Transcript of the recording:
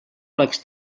oleks